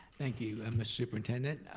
thank you and mr. superintendent.